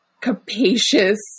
capacious